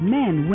men